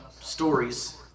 stories